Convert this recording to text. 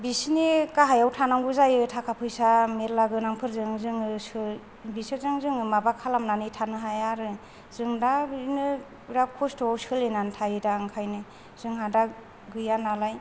बिसिनि गाहायाव थानांगौ जायो थाखा फैसा मेरला गोनांफोरजों जोङो बिसोरजों जोङो माबा खालामनानै थानो हाया आरो जों दा बिदिनो बिराद खस्थ'आव सोलिनानै थायो दा ओंखायनो जोंहा दा गैया नालाय